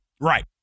Right